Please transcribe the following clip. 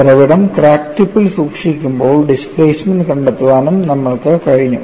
ഉറവിടം ക്രാക്ക് ടിപ്പിൽ സൂക്ഷിക്കുമ്പോൾ ഡിസ്പ്ലേസ്മെൻറ് കണ്ടെത്താനും നമ്മൾക്ക് കഴിഞ്ഞു